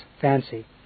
fancy